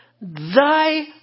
Thy